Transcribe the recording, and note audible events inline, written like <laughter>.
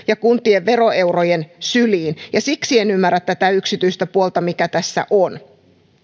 <unintelligible> ja kuntien veroeurojen syliin siksi en ymmärrä tätä yksityistä puolta mikä tässä on